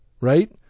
right